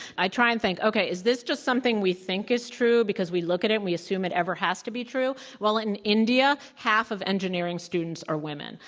i try and think, okay, is this just something we think is true because we look at it, and we assume it ever has to be true, while in india, half of engineering students are women.